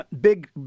Big